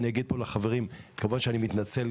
כמובן שאני מתנצל.